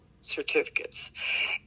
certificates